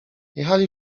jechali